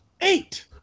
Eight